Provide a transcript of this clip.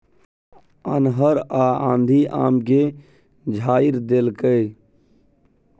अन्हर आ आंधी आम के झाईर देलकैय?